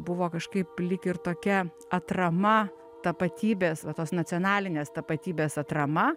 buvo kažkaip lyg ir tokia atrama tapatybės va tos nacionalinės tapatybės atrama